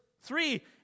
three